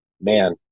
man